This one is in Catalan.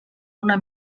una